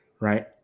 Right